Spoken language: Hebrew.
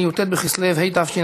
כולל חבר הכנסת אבי דיכטר,